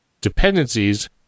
dependencies